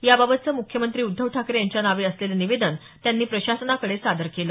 याबाबतचं मुख्यमंत्री उद्धव ठाकरे यांच्या नावे असलेलं निवेदन त्यांनी प्रशासनाकडे सादर केलं